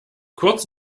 kurz